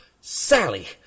Sally